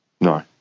No